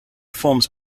forms